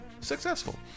successful